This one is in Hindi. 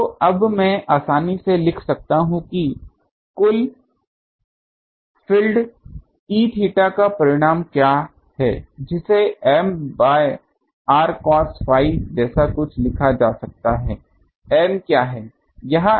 तो अब मैं आसानी से लिख सकता हूँ कि कुल फील्ड E थीटा का परिमाण क्या है जिसे M by r cos phi जैसा कुछ लिखा जा सकता है